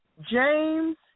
James